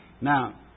Now